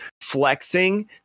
flexing